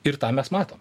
ir tą mes matom